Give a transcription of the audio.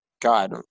God